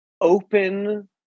open